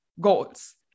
goals